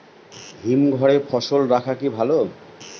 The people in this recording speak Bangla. হিমঘরে ফসল রাখা কি ভালো?